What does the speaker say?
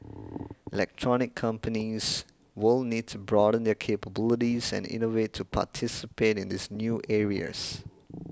electronics companies will need to broaden their capabilities and innovate to participate in these new areas